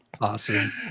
Awesome